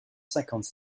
cinquante